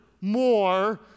more